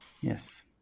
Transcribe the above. Yes